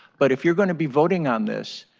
but if you're going to be voting on this,